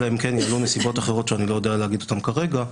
אלא אם כן יעלו נסיבות אחרות שאני לא יודע להגיד אותן כרגע,